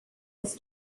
his